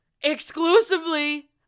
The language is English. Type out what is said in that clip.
exclusively